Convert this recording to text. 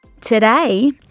Today